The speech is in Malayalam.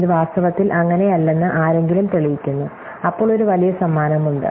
ഇത് വാസ്തവത്തിൽ അങ്ങനെയല്ലെന്ന് ആരെങ്കിലും തെളിയിക്കുന്നു അപ്പോൾ ഒരു വലിയ സമ്മാനം ഉണ്ട്